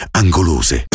angolose